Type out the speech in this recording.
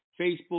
Facebook